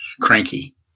cranky